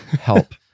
Help